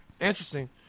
Interesting